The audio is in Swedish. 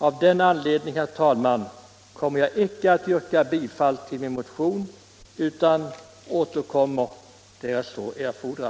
av den anledningen, herr talman, skall jag icke yrka bifall till min motion, utan återkommer till frågan när så erfordras.